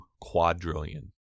quadrillion